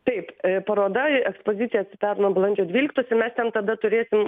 taip paroda ekspozicijas atsidaro nuo balandžio dvyliktos mes ten tada turėsim